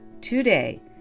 today